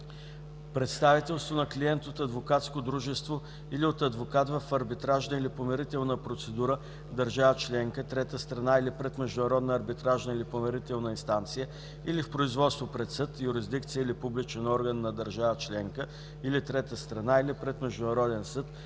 представителство на клиент от адвокатско дружество или от адвокат в арбитражна или помирителна процедура в държава членка, трета страна или пред международна арбитражна или помирителна инстанция, или в производство пред съд, юрисдикция или публичен орган на държава членка, или трета страна, или пред международен съд,